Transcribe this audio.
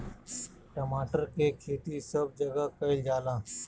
टमाटर के खेती सब जगह कइल जाला